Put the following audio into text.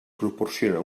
proporciona